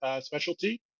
specialty